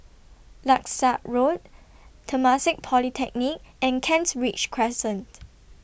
Langsat Road Temasek Polytechnic and Kent Ridge Crescent